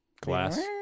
Glass